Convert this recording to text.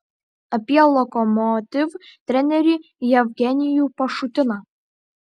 apie lokomotiv trenerį jevgenijų pašutiną